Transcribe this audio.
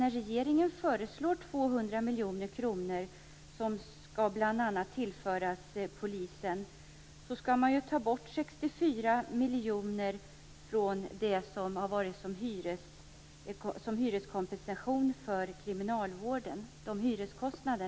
När regeringen föreslår att 200 miljoner kronor bl.a. skall tillföras polisen, skall man ju samtidigt ta bort 64 miljoner kronor av det som har varit kompensation för kriminalvårdens hyreskostnader.